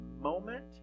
moment